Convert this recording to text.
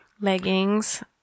Leggings